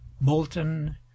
Molten